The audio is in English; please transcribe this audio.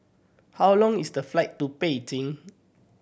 how long is the flight to Beijing